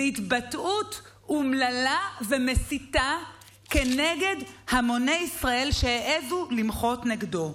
בהתבטאות אומללה ומסיתה נגד המוני ישראל שהעזו למחות נגדו,